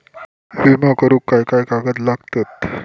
विमा करुक काय काय कागद लागतत?